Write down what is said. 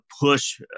push